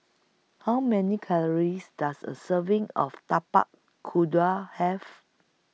How Many Calories Does A Serving of Tapak Kuda Have